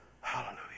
Hallelujah